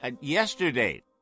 yesterday